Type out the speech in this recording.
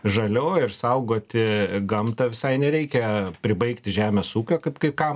žalioj ir saugoti gamtą visai nereikia pribaigti žemės ūkio kaip kai kam